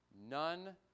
None